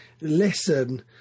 listen